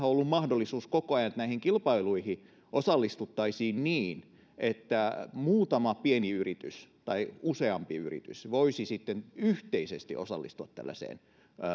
ollut mahdollisuus koko ajan että näihin kilpailuihin osallistuttaisiin niin että muutama pieni yritys tai useampi yritys voisi yhteisesti osallistua tällaiseen